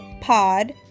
POD